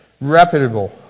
reputable